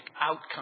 outcome